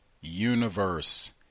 universe